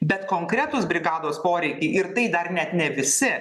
bet konkretūs brigados poreikiai ir tai dar net ne visi